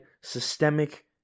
systemic